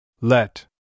Let